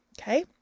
okay